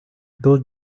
those